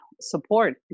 support